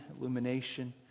illumination